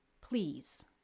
Please